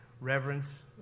Reverence